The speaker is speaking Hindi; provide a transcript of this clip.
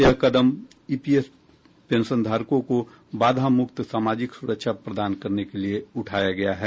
यह कदम ईपीएस पेंशनधारकों को बाधा मुक्त सामाजिक सुरक्षा प्रदान करने के लिए उठाया गया है